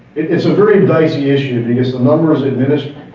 it's a very dicey issue because the numbers administrators.